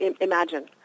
imagine